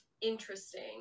interesting